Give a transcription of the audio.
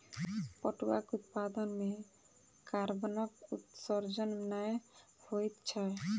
पटुआक उत्पादन मे कार्बनक उत्सर्जन नै होइत छै